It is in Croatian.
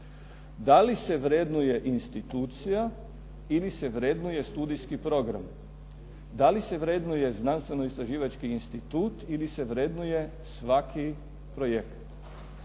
Da li se vrednuje institucija ili se vrednuje studijski program? Da li se vrednuje znanstveno istraživački institut ili se vrednuje svaki projekt?